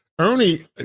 Ernie